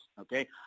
okay